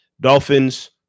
dolphins